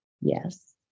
Yes